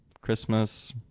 Christmas